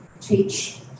teach